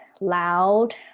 loud